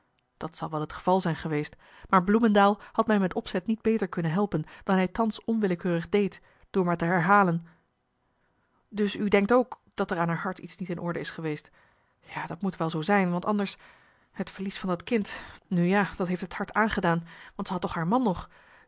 dat zal wel het geval zijn geweest maar bloemendael marcellus emants een nagelaten bekentenis had mij met opzet niet beter kunnen helpen dan hij thans onwillekeurig deed door maar te herhalen dus u denkt ook dat er aan haar hart iets niet in orde is geweest ja dat moet wel zoo zijn want anders het verlies van dat kind nu ja dat heeft het hart aangedaan want ze had toch haar man nog